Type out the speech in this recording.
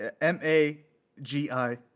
m-a-g-i